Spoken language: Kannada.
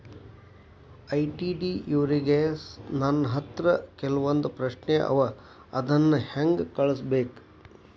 ಐ.ಟಿ.ಡಿ ಅವ್ರಿಗೆ ನನ್ ಹತ್ರ ಕೆಲ್ವೊಂದ್ ಪ್ರಶ್ನೆ ಅವ ಅದನ್ನ ಹೆಂಗ್ ಕಳ್ಸ್ಬೇಕ್?